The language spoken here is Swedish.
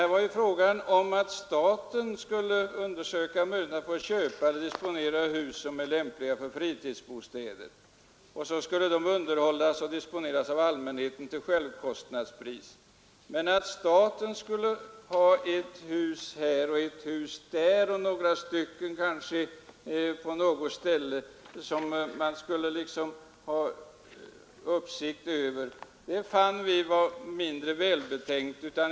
Här var det emellertid fråga om att staten skulle undersöka möjligheten att köpa hus som är lämpliga till fritidsbostäder. Sedan skulle de underhållas och disponeras av allmänheten till självkostnadspris. Men att staten skulle ha ett hus här, ett hus där och kanske flera stycken på något ställe att ha uppsikt över fann vi mindre välbetänkt.